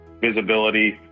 visibility